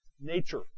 nature